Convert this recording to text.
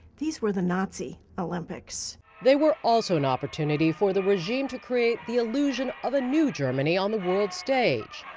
these were the nazi olympics. narrator they were also an opportunity for the regime to create the illusion of a new germany on the world stage.